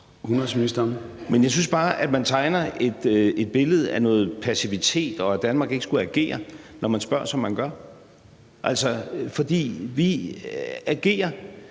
jeg synes bare, at man tegner et billede af noget passivitet og af, at Danmark ikke skulle agere, når man spørger, som man gør. For vi agerer,